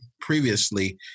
previously